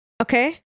okay